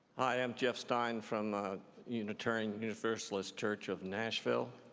i'm jeff stein from ah unitarian universalist church of nashville.